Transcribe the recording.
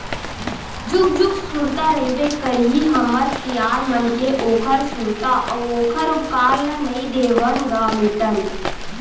जुग जुग ले सुरता रहिबे करही हमर सियान मन के ओखर सुरता अउ ओखर उपकार ल नइ देवन ग मिटन